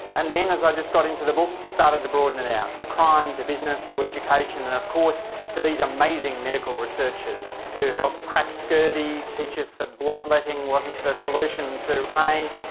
and then as i just got into the book, started to broaden and it out, to crime, to business, to education, and of course to these amazing medical researchers who help crack scurvy, teach us that bloodletting wasn't the solution to pain,